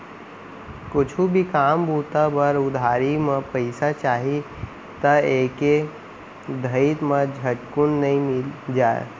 कुछु भी काम बूता बर उधारी म पइसा चाही त एके घइत म झटकुन नइ मिल जाय